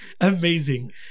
Amazing